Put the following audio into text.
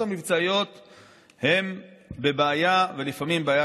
להכיר אותו לפני ולפנים.